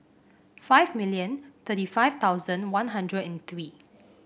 five million thirty five thousand One Hundred and three